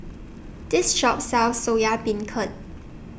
This Shop sells Soya Beancurd